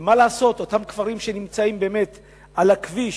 מה לעשות, אותם כפרים שנמצאים באמת על הכביש,